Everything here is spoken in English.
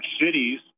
cities